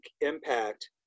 impact